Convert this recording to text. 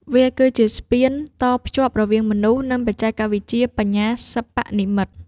វាគឺជាស្ពានតភ្ជាប់រវាងមនុស្ស និងបច្ចេកវិទ្យាបញ្ញាសិប្បនិម្មិត។